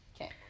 Okay